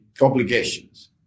obligations